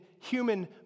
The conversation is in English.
human